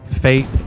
faith